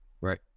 right